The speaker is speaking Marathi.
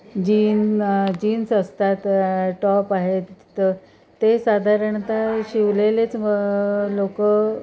जीन जीन्स असतात टॉप आहेत तिथं ते साधारणतः शिवलेलेच लोक